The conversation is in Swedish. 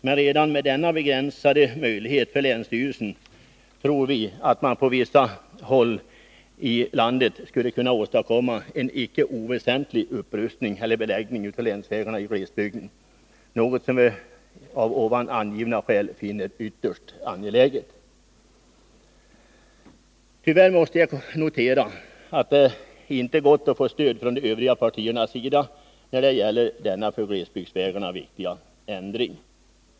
Men redan med denna begränsade möjlighet för länsstyrelsen tror vi att man på vissa håll i landet skulle kunna åstadkomma en icke oväsentlig upprustning eller beläggning av länsvägarna i glesbygden, något som vi av angivna skäl finner ytterst angeläget. Tyvärr måste jag notera att det inte gått att få stöd från övriga partiers sida när det gäller denna för glesbygdsvägarna viktiga ändring.